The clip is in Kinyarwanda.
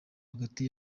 hagati